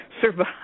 survive